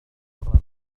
المطر